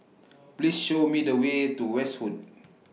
Please Show Me The Way to Westwood